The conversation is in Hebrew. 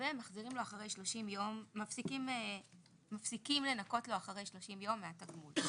ומחזירים לו, מפסיקים לנכות לו אחרי 30 מהתגמול.